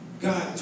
God